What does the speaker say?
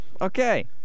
Okay